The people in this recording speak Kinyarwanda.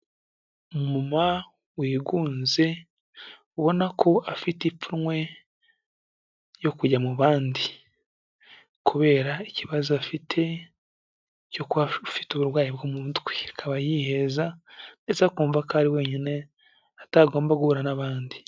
Umumama wigunze, ubona ko afite ipfunwe ryo kujya mu bandi, kubera ikibazo afite cyo kuba afite uburwayi bwo mu mutwe, akaba yiheza ndetse akumva ko ari wenyine atagomba guhura n'abandi.